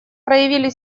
проявили